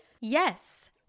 Yes